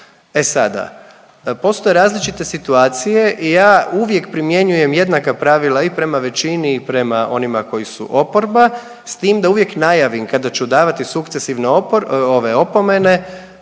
E sada postoje različite situacije i ja uvijek primjenjujem jednaka pravila i prema većini i prema onima koji su oporba s tim da uvijek najavim kada ću davati sukcesivno opomene